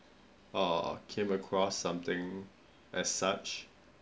err came across something as such